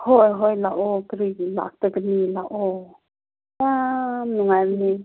ꯍꯣꯏ ꯍꯣꯏ ꯂꯥꯛꯑꯣ ꯀꯔꯤꯒꯤ ꯂꯥꯛꯇꯅꯤ ꯂꯥꯛꯑꯣ ꯌꯥꯝ ꯅꯨꯡꯉꯥꯏꯕꯅꯤ